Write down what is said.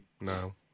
No